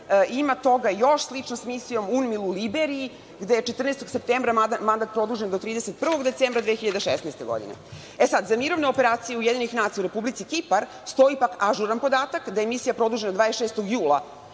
Ima toga još. Slično je s Misijom UN u Liberiji, gde je 14. septembra mandat produžen do 31. decembra 2016. godine. Sad, za mirovne operacije UN u Republici Kipar stoji pak ažuran podatak, da je misija produžena 26. jula